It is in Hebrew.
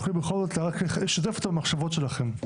אם תוכלי בכל זאת רק לשתף את המחשבות שלכם.